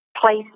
place